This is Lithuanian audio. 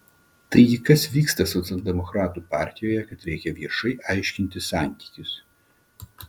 taigi kas vyksta socialdemokratų partijoje kad reikia viešai aiškintis santykius